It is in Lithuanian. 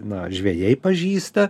na žvejai pažįsta